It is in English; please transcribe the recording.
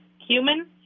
human